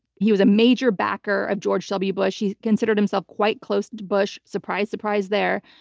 he was a major backer of george w. bush. he considered himself quite close to bush, surprise, surprise there.